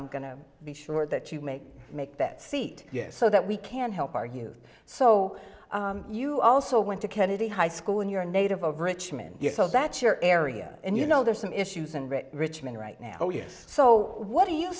i'm going to be sure that you may make that seat yes so that we can help our you so you also went to kennedy high school and you're a native of richmond that's your area and you know there are some issues and richmond right now oh yes so what do you